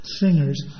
singers